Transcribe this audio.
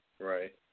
Right